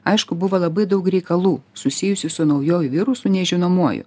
aišku buvo labai daug reikalų susijusių su naujuoju virusu nežinomuoju